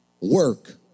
work